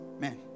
man